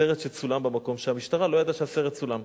סרט שצולם במקום שהמשטרה לא ידעה שסרט צולם.